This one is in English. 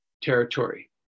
territory